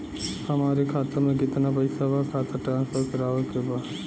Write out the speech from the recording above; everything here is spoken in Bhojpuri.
हमारे खाता में कितना पैसा बा खाता ट्रांसफर करावे के बा?